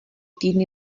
týdny